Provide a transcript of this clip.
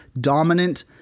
dominant